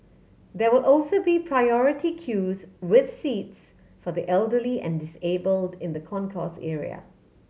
there will also be priority queues with seats for the elderly and disabled in the concourse area